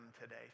today